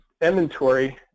inventory